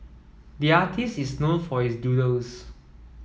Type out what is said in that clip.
the artist is known for his doodles